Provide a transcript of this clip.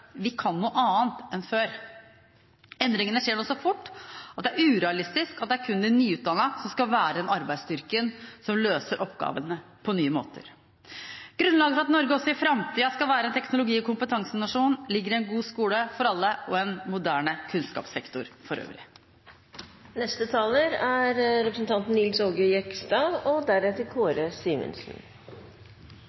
vi kan noe annet enn før. Endringene skjer nå så fort at det er urealistisk at det er kun de nyutdannede som skal være den arbeidsstyrken som løser oppgavene på nye måter. Grunnlaget for at Norge også i framtiden skal være en teknologi- og kompetansenasjon, ligger i en god skole for alle og en moderne kunnskapssektor for øvrig. Først vil jeg gi uttrykk for at det var en svært god trontale, både i form og